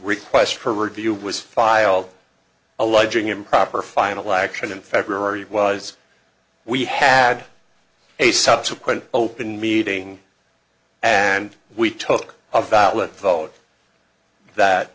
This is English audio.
request for review was filed alleging improper final action in february was we had a subsequent open meeting and we took a valid vote that